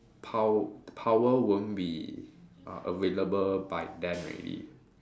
pow~ power won't be uh available by then already